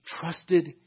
trusted